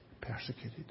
persecuted